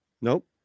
Nope